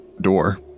door